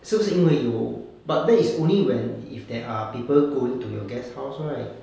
是不是因为有 but that is only when if there are people going to your guest house right